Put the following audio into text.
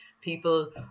people